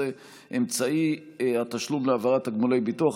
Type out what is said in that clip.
11) (אמצעי התשלום להעברת תגמולי ביטוח),